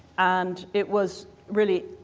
and it was, really,